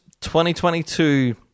2022